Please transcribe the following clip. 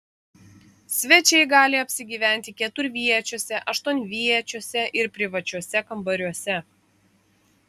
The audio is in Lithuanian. svečiai gali apsigyventi keturviečiuose aštuonviečiuose ir privačiuose kambariuose